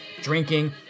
drinking